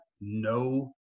no